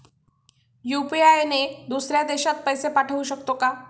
UPI ने दुसऱ्या देशात पैसे पाठवू शकतो का?